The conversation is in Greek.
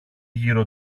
γύρω